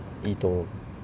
eToro